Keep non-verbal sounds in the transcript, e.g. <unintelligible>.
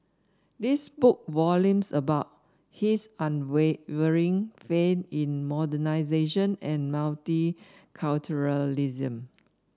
this spoke volumes about his <unintelligible> unwavering faith in modernisation and multiculturalism